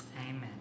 amen